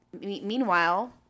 Meanwhile